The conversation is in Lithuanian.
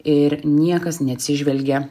ir niekas neatsižvelgia